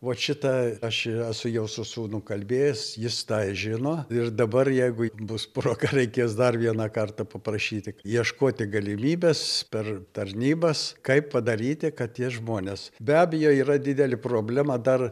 vot šitą aš esu jau su sūnum kalbėjęs jis tą ir žino ir dabar jeigu bus proga reikės dar vieną kartą paprašyti ieškoti galimybės per tarnybas kaip padaryti kad tie žmonės be abejo yra didelė problema dar